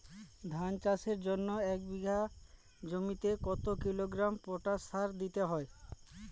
ধান চাষের জন্য এক বিঘা জমিতে কতো কিলোগ্রাম পটাশ সার দিতে হয়?